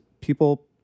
people